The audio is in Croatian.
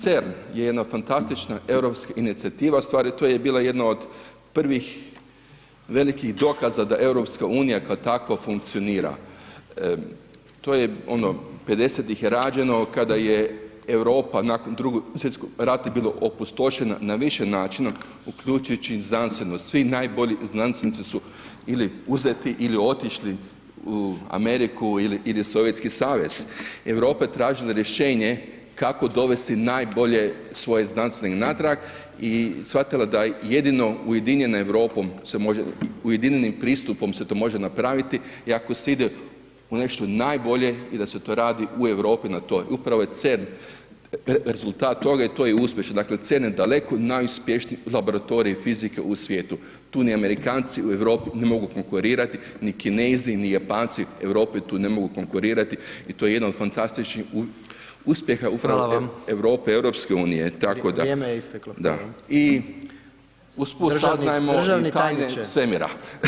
CERN je jedna fantastična europska inicijativa, u stvari to je bila jedna od prvih velikih dokaza da EU kao takva funkcionira, to je ono 50 ih je rađeno kada je Europa nakon Drugog svjetskog rata bila opustošena na više načina, uključujući i znanstvenost, svi najbolji znanstvenici su ili uzeti ili otišli u Ameriku ili Sovjetski Savez, Europa je tražila rješenje kako dovesti najbolje svoje znanstvenike natrag i shvatila da jedino ujedinjenom Europom se može, ujedinjenim pristupom se to može napraviti i ako se ide u nešto najbolje i da se to radi u Europi na toj, upravo je CERN rezultat toga i to je uspješno, dakle, CERN je daleko najuspješniji laboratorij fizike u svijetu, tu ni Amerikanci u Europi ne mogu konkurirati, ni Kinezi ni Japanci Europi tu ne mogu konkurirati i to je jedna od fantastičnih uspjeha [[Upadica: Hvala vam.]] upravo Europe, EU [[Upadica: Vrijeme je isteklo.]] da i usput saznajemo i [[Upadica: Državni tajniče.]] tajne svemira.